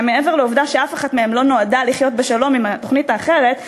שמעבר לעובדה שאף אחת מהן לא נועדה לחיות בשלום עם התוכנית האחרת,